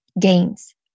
gains